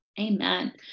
Amen